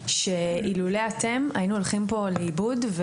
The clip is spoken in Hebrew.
ואילולא אתם היינו הולכים פה לאיבוד.